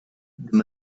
the